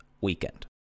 weekend